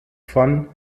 von